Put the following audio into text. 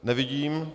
Nevidím.